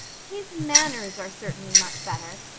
his manners are certainly much better,